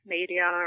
Media